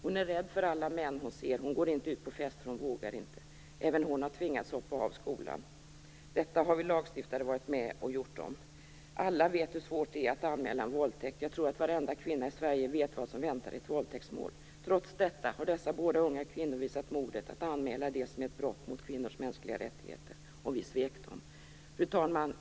Hon är rädd för alla män hon ser, och hon går inte ut på fester eftersom hon inte vågar. Även hon har tvingats hoppa av skolan. Detta har vi lagstiftare varit med att göra mot dem. Alla vet hur svårt det är att anmäla en våldtäkt. Jag tror att varenda kvinna i Sverige vet vad som väntar i ett våldtäktsmål. Trots detta har dessa båda unga kvinnor visat modet att anmäla det som är ett brott mot kvinnors mänskliga rättigheter, och vi svek dem. Fru talman!